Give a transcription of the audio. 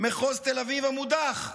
מחוז תל אביב המודח,